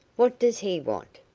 what does he want?